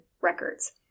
records